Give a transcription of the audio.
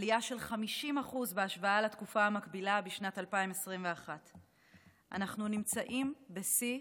עליה של 50% בהשוואה לתקופה המקבילה בשנת 2021. אנחנו נמצאים בשיא,